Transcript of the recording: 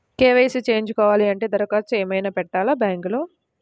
KYC చేయించుకోవాలి అంటే దరఖాస్తు ఏమయినా పెట్టాలా బ్యాంకులో?